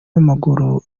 wamaguru